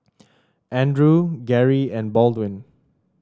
Andrew Garey and Baldwin